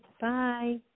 Bye